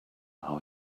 how